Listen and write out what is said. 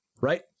right